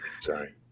sorry